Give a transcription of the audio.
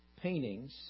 paintings